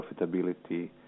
profitability